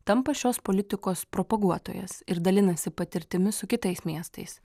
tampa šios politikos propaguotojas ir dalinasi patirtimi su kitais miestais